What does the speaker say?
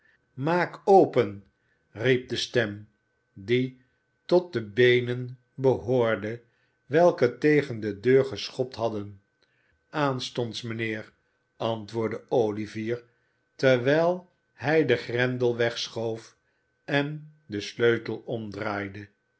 maak open riep de stem die tot de beeneu behoorde welke tegen de deur geschopt hadden aanstonds mijnheer antwoordde olivier terwijl hij den grendel wegschoof en den sleutel omdraaide